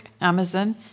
Amazon